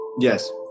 Yes